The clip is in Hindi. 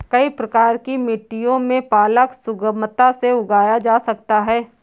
कई प्रकार की मिट्टियों में पालक सुगमता से उगाया जा सकता है